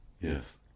Yes